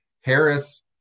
Harris